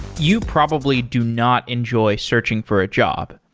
you probably do not enjoy searching for a job.